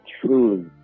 truly